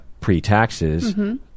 pre-taxes